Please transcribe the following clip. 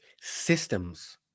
systems